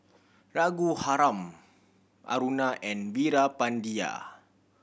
Raghuram Aruna and Veerapandiya